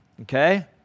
Okay